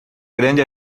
grande